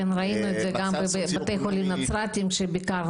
כן, ראינו את זה גם בבתי חולים נצרתיים שביקרנו.